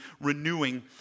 renewing